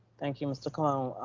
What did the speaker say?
thank you, mr. colon.